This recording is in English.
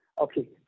Okay